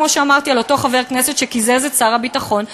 כמו שאמרתי על אותו חבר כנסת שקיזז את שר הביטחון,